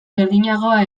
berdinagoa